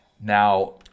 Now